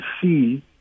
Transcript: see